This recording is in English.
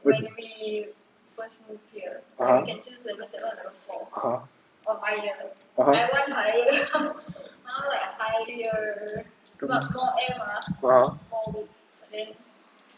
when you (uh huh) (uh huh) (uh huh) (uh huh)